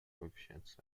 coefficients